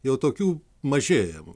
jau tokių mažėja